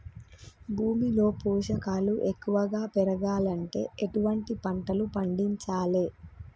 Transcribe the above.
భూమిలో పోషకాలు ఎక్కువగా పెరగాలంటే ఎటువంటి పంటలు పండించాలే?